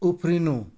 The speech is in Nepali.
उफ्रिनु